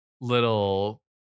little